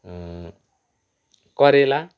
करेला